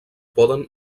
poden